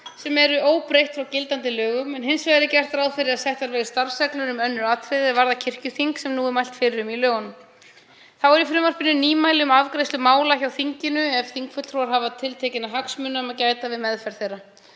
sem eru óbreytt frá gildandi lögum en hins vegar er gert ráð fyrir að settar verði starfsreglur um önnur atriði er varða kirkjuþing sem nú er mælt fyrir um í lögunum. Þá er í frumvarpinu nýmæli um afgreiðslu mála hjá þinginu ef þingfulltrúar hafa tiltekinna hagsmuna að gæta við meðferð þeirra.